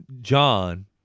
John